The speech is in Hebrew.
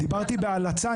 דיברתי בהלצה,